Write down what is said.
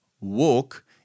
walk